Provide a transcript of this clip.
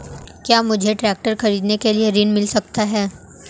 क्या मुझे ट्रैक्टर खरीदने के लिए ऋण मिल सकता है?